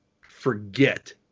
forget